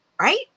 Right